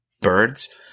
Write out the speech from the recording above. birds